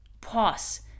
pause